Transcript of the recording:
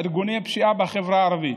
ארגוני פשיעה בחברה הערבית.